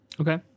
Okay